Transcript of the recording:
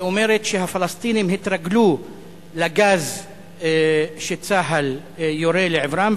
שאומרת שהפלסטינים התרגלו לגז שצה"ל יורה לעברם,